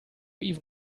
even